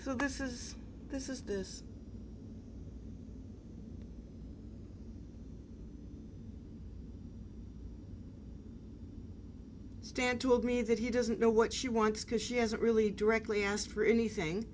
so this is this is this stan told me that he doesn't know what she wants because she hasn't really directly asked for anything